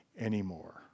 anymore